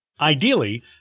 Ideally